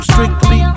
Strictly